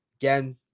Again